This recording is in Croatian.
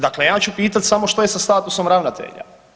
Dakle, ja ću pitati samo što je sa statusom ravnatelja?